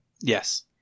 Yes